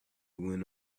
went